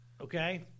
Okay